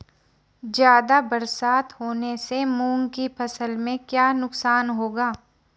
ज़्यादा बरसात होने से मूंग की फसल में क्या नुकसान होगा?